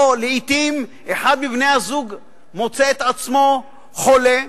או לעתים אחד מבני-הזוג מוצא את עצמו חולה,